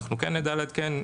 אנחנו כן נדע לעדכן.